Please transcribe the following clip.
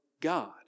God